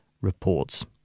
reports